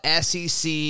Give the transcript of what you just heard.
SEC